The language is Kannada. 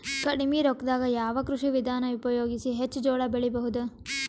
ಕಡಿಮಿ ರೊಕ್ಕದಾಗ ಯಾವ ಕೃಷಿ ವಿಧಾನ ಉಪಯೋಗಿಸಿ ಹೆಚ್ಚ ಜೋಳ ಬೆಳಿ ಬಹುದ?